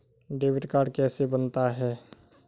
Debit card कैसे बनता है?